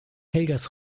helgas